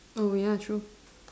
oh ya true